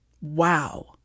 Wow